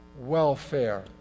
welfare